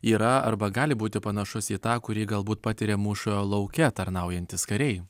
yra arba gali būti panašus į tą kurį galbūt patiria mūšio lauke tarnaujantys kariai